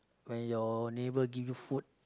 when your neighbour give you food